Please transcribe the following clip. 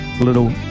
little